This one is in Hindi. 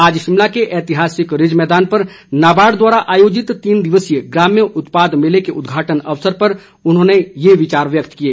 आज शिमला के ऐतिहासिक रिज मैदान पर नाबार्ड द्वारा आयोजित तीन दिवसीय ग्रम्य उत्पाद मेले के उदघाटन अवसर पर उन्होंने ये विचार व्यक्त किए